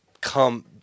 come